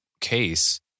case